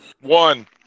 One